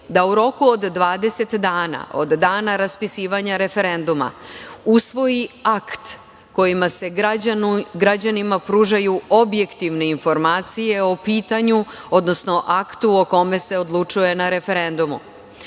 da u roku od 20 dana od dana raspisivanja referenduma usvoji akt kojim se građanima pružaju objektivne informacije o pitanju, odnosno aktu o kome se odlučuje na referendumu. Takođe,